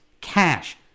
cash